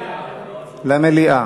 הסכמנו למליאה.